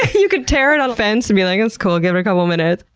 you can tear it on a fence and be like it's cool. give it a couple minutes.